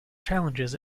challenges